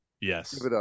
Yes